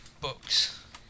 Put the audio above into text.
books